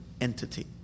entity